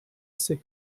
sick